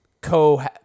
co